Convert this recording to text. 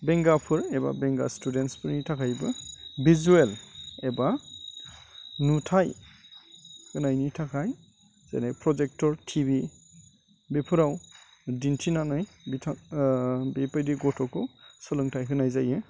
बेंगाफोर एबा बेंगा स्टुडेन्टसफोरनि थाखायबो बिजुवेल एबा नुथाय होनायनि थाखाय जेरै प्रजेक्टर टिभि बेफोराव दिन्थिनानै बिबायदि गथ'खौ सोलोंथाइ होनाय जायो